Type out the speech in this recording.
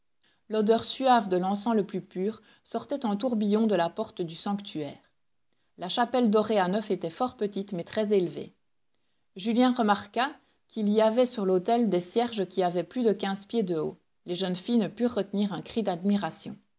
l'odeur suave de l'encens le plus pur sortait en tourbillon de la porte du sanctuaire la chapelle dorée à neuf était fort petite mais très élevée julien remarqua qu'il y avait sur l'autel des cierges qui avaient plus de quinze pieds de haut les jeunes filles ne purent retenir un cri d'admiration